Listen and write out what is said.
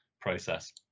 process